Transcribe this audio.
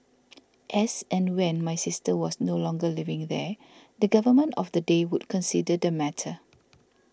as and when my sister was no longer living there the Government of the day would consider the matter